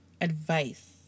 advice